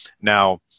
now